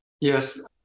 Yes